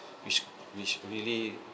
which which really